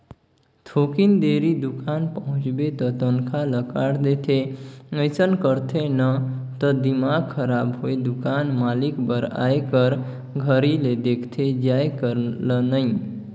थोकिन देरी दुकान पहुंचबे त तनखा ल काट देथे अइसन करथे न त दिमाक खराब होय दुकान मालिक बर आए कर घरी ले देखथे जाये कर ल नइ